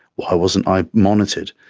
why wasn't i monitored,